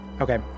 Okay